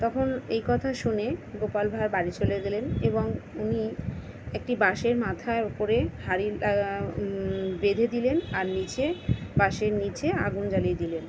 তখন এই কথা শুনে গোপাল ভাঁড় বাড়ি চলে গেলেন এবং উনি একটি বাঁশের মাথার উপরে হাঁড়ি বেঁধে দিলেন আর নিচে বাঁশের নিচে আগুন জ্বালিয়ে দিলেন